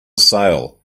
sale